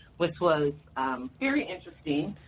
which was very interesting.